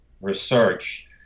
research